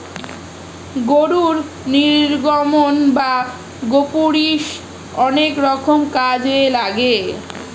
গরুর নির্গমন বা গোপুরীষ অনেক রকম কাজে লাগে